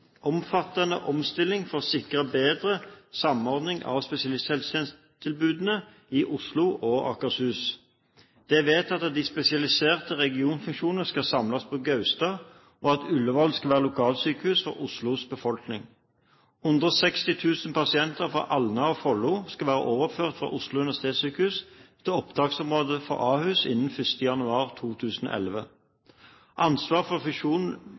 omfattende omstilling for å sikre bedre samordning av spesialisthelsetjenestetilbudene i Oslo og Akershus. Det er vedtatt at de spesialiserte regionfunksjoner skal samles på Gaustad, og at Ullevål skal være lokalsykehus for Oslos befolkning. 160 000 pasienter fra Alna og Follo skal være overført fra Oslo universitetssykehus til opptaksområdet for Ahus innen 1. januar 2011. Ansvar for